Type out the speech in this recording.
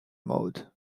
mode